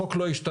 החוק לא ישתנה.